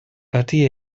ydy